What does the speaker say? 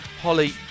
Holly